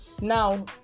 now